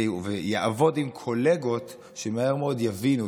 והוא יעבוד עם קולגות שמהר מאוד יבינו,